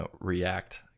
React